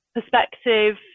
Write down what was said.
perspective